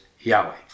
Yahweh